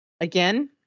again